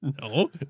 No